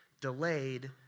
delayed